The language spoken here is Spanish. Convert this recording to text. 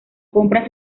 compra